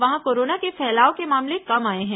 वहां कोरोना के फैलाव के मामले कम आए हैं